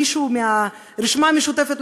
מישהו מהרשימה המשותפת,